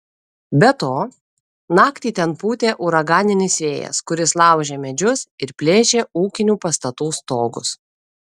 be to naktį ten pūtė uraganinis vėjas kuris laužė medžius ir plėšė ūkinių pastatų stogus